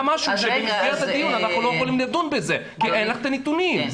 משהו שבמסגרת הדיון אנחנו לא יכולים לדון בזה כי אין לך את הנתונים,